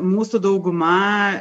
mūsų dauguma